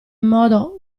modo